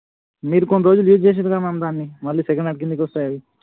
మీరు కొన్ని రోజులు యూజ్ చేసారుగా మ్యామ్ దాన్ని మళ్ళీ సెకండ్ హ్యాండ్ కిందకి వస్తుంది